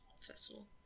festival